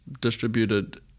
distributed